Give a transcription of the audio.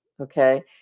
Okay